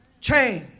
Change